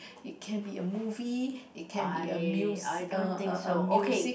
it can be a movie it can be a mus~ a a a music